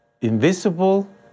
invisible